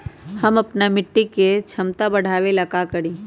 हम अपना मिट्टी के झमता बढ़ाबे ला का करी?